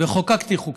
וחוקקתי חוקים,